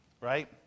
Right